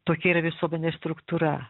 tokia yra visuomenės struktūra